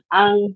ang